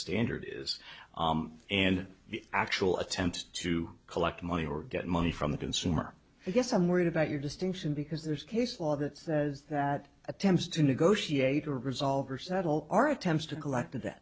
standard is and the actual attempt to collect money or get money from the consumer i guess i'm worried about your distinction because there's case law that says that attempts to negotiate or resolve or settle are attempts to collect